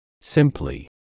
simply